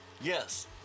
Yes